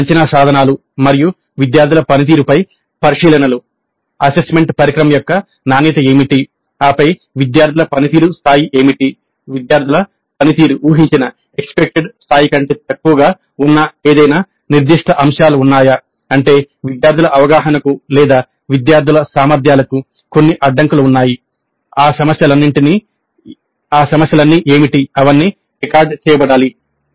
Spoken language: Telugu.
ఈ అంచనాలు ప్రకృతి స్థాయి కంటే తక్కువగా ఉన్న ఏదైనా నిర్దిష్ట అంశాలు ఉన్నాయా అంటే విద్యార్థుల అవగాహనకు లేదా విద్యార్థుల సామర్థ్యాలకు కొన్ని అడ్డంకులు ఉన్నాయి ఆ సమస్యలన్నీ ఏమిటి అవన్నీ రికార్డ్ చేయబడాలి